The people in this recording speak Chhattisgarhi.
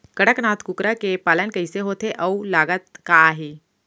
कड़कनाथ कुकरा के पालन कइसे होथे अऊ लागत का आही?